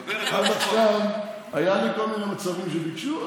עד עכשיו היו לי כל מיני מצבים שביקשו,